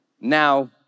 Now